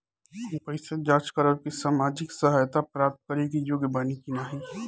हम कइसे जांच करब कि सामाजिक सहायता प्राप्त करे के योग्य बानी की नाहीं?